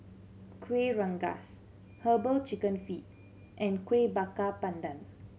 Kuih Rengas Herbal Chicken Feet and Kuih Bakar Pandan